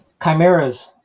chimeras